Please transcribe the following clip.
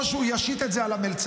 או שהוא ישית את זה על המלצר,